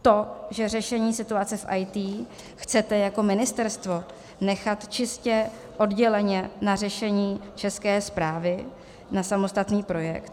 To, že řešení situace v IT chcete jako ministerstvo nechat čistě odděleně na řešení České správy, na samostatný projekt?